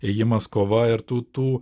ėjimas kova ir tų tų